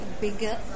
bigger